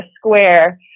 square